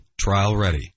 trial-ready